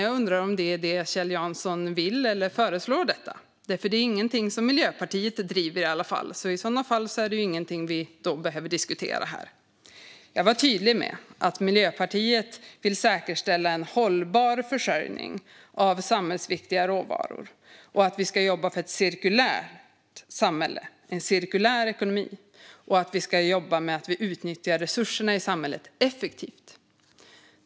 Jag undrar om det är det Kjell Jansson vill ha eller föreslår. Det är i alla fall ingenting som Miljöpartiet driver, så annars är det ingenting vi behöver diskutera här. Jag var tydlig med att Miljöpartiet vill säkerställa en hållbar försörjning av samhällsviktiga råvaror och att vi ska jobba för ett cirkulärt samhälle och en cirkulär ekonomi. Vi vill jobba med att utnyttja resurserna i samhället effektivt.